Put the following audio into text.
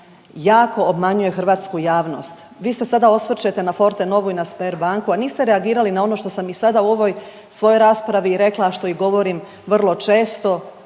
jako obmanjuje hrvatsku javnost. Vi se sada osvrćete na Fortenovu i Sber banku, a niste reagirali na ono što sam i sada u ovoj svojoj raspravi i rekla, a što i govorim vrlo često